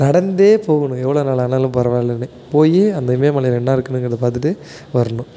நடந்து போகணும் எவ்வளோ நாள் ஆனாலும் பரவாயில்லைன்னு போய் அந்த இமயமலையில் என்ன இருக்குனுங்கிறத பார்த்துட்டு வரணும்